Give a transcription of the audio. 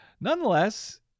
Nonetheless